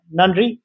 nandri